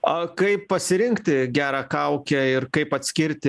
o kaip pasirinkti gerą kaukę ir kaip atskirti